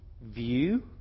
view